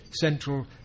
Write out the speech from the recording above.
central